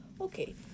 Okay